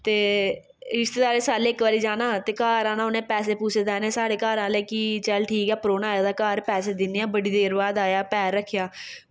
ते रिश्तेदारें साल्लै इक बारी जाना ते घर आना उ'नें पैसे पूसे देने साढ़े घर आह्लें गी कि चल ठीक ऐ परौह्ना आए दा घर पैसे दिन्ने आं बड़ी देर बाद आया पैर रक्खेआ